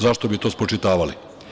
Zašto bi to spočitavali?